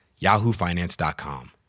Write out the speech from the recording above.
yahoofinance.com